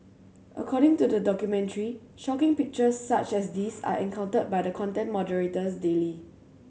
according to the documentary shocking pictures such as these are encountered by the content moderators daily